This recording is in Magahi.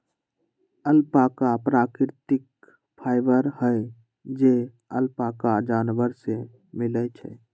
अल्पाका प्राकृतिक फाइबर हई जे अल्पाका जानवर से मिलय छइ